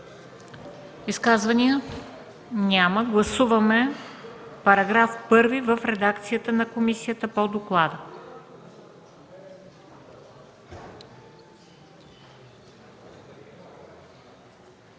Изказвания? Няма. Гласуваме новия § 3 в редакцията на комисията по доклада.